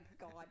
God